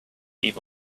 evil